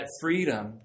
freedom